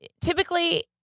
typically